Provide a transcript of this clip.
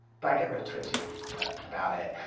but i get real twitchy about it.